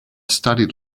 studied